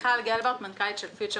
אני מנכ"לית פיוטצ'ר